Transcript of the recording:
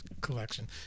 collection